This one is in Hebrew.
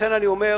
ולכן אני אומר,